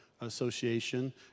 Association